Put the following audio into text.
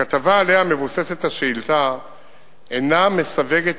1 4. הכתבה שעליה מבוססת השאילתא אינה מסווגת